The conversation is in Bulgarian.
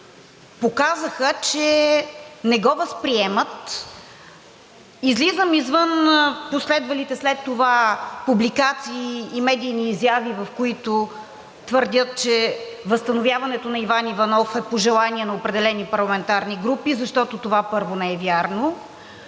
показаха, че не го възприемат. Излизам извън последвалите след това публикации и медийни изяви, които твърдят, че възстановяването на Иван Иванов е по желание на определени парламентарни групи, защото това, първо, не е вярно,